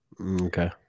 Okay